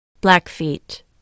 Blackfeet